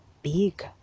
big